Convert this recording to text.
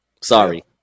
Sorry